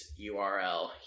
URL